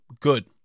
good